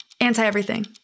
Anti-everything